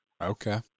okay